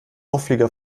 auflieger